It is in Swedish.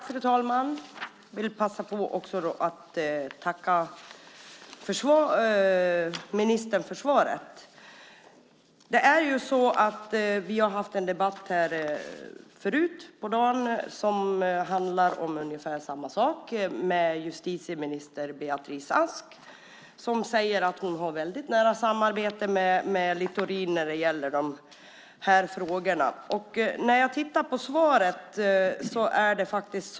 Fru talman! Jag vill passa på att tacka ministern för svaret. Vi har haft en debatt tidigare i dag som handlade om ungefär samma sak med justitieminister Beatrice Ask. Hon säger att hon har ett väldigt nära samarbete med Littorin när det gäller de här frågorna.